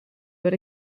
but